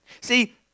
See